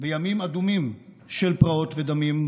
"בימים אדומים של פרעות ודמים,